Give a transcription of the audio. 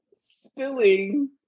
spilling